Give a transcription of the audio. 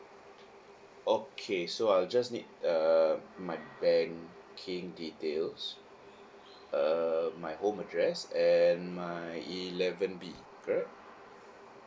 okay so I'll just need err my banking details err my home address and my eleven B correct